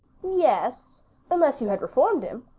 yes unless you had reformed him.